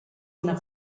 una